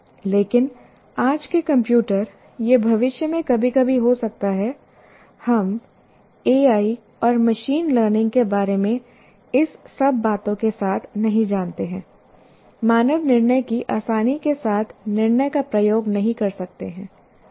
लेकिन आज के कंप्यूटर यह भविष्य में कभी कभी हो सकता है हम एआई और मशीन लर्निंग के बारे में इस सब बातों के साथ नहीं जानते हैं मानव निर्णय की आसानी के साथ निर्णय का प्रयोग नहीं कर सकते हैं